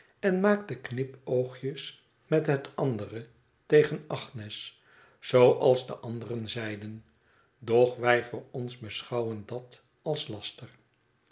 en maakte knipoogjes met het andere tegen agnes zooals de anderen zeiden doch wij voor ons beschouwen dat als laster